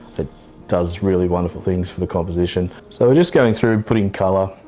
but does really wonderful tings for the composition. so we're just going through putting colour,